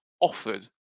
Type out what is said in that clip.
offered